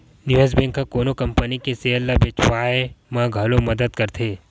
निवेस बेंक ह कोनो कंपनी के सेयर ल बेचवाय म घलो मदद करथे